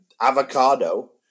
avocado